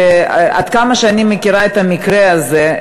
שעד כמה שאני מכירה את המקרה הזה,